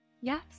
Yes